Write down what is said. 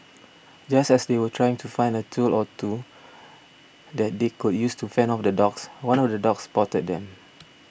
just as they were trying to find a tool or two that they could use to fend off the dogs one of the dogs spotted them